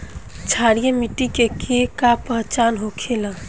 क्षारीय मिट्टी के का पहचान होखेला?